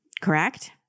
Correct